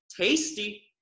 tasty